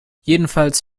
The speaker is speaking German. jedenfalls